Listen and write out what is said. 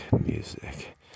music